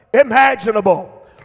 imaginable